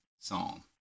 song